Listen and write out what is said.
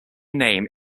name